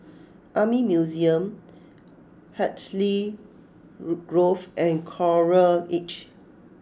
Army Museum Hartley Grove and Coral Edge